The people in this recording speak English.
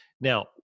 Now